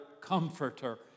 comforter